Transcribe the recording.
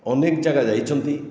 ଅନେକ ଜାଗା ଯାଇଛନ୍ତି